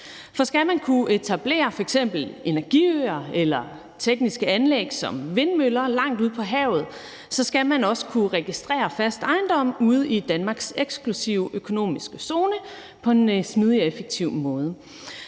For skal man kunne etablere f.eks. energiøer eller tekniske anlæg som vindmøller langt ude på havet, skal man også kunne registrere fast ejendom ude i Danmarks eksklusive økonomiske zone på en smidig og effektiv måde.